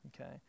okay